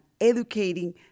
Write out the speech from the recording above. educating